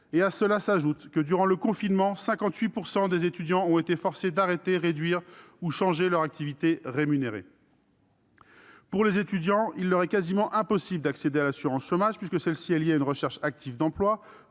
et très précaires. Pis, durant le confinement, 58 % des étudiants ont été forcés d'arrêter, réduire ou changer leur activité rémunérée. Pour les étudiants, il est quasiment impossible d'accéder à l'assurance chômage, puisque celle-ci est liée à une recherche active d'emploi,